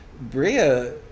bria